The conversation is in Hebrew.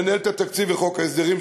לנהל את התקציב בחוק ההסדרים,